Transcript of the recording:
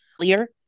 Clear